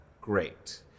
great